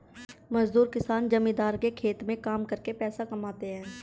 मजदूर किसान जमींदार के खेत में काम करके पैसा कमाते है